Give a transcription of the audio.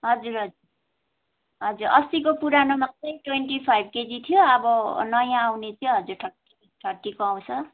हजुर हजुर हजुर अस्तिको पुरानोमा चाहिँ ट्वेन्टी फाइभ केजी थियो अब नयाँ आउने चाहिँ हजुर थर्टी थर्टीको आउँछ